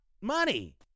money